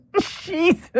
Jesus